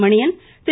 Maniyan Thiru